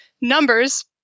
numbers